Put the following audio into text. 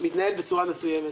מתנהל בצורה מסוימת.